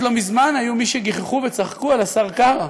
עד לא מזמן היו מי שגיחכו וצחקו על השר קרא,